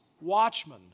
watchmen